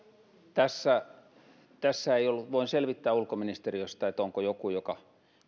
tässä ei ollut voin selvittää ulkoministeriöstä onko joku joka